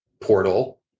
portal